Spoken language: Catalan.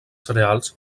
cereals